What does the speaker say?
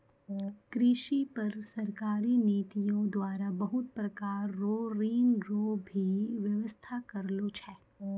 कृषि पर सरकारी नीतियो द्वारा बहुत प्रकार रो ऋण रो भी वेवस्था करलो छै